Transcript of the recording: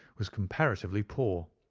was comparatively poor.